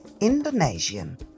Indonesian